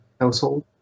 household